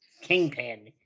Kingpin